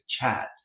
chat